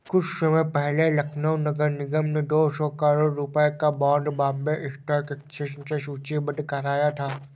कुछ समय पहले लखनऊ नगर निगम ने दो सौ करोड़ रुपयों का बॉन्ड बॉम्बे स्टॉक एक्सचेंज में सूचीबद्ध कराया था